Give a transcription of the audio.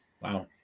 Wow